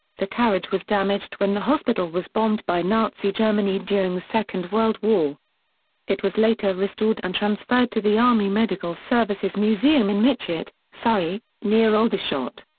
the carriage was damaged when the hospital was bombed by nazi germany during the second world war it was later restored and transferred to the army medical services museum in mytchett, surrey, near aldershot.